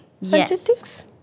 Yes